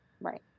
right